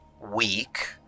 week